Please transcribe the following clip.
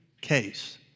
case